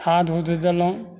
खाद उध देलहुॅं